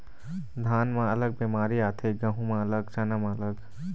धान म अलग बेमारी आथे, गहूँ म अलग, चना म अलग